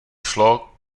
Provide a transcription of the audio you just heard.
šlo